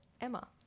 Emma